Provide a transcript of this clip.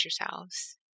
yourselves